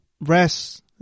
rest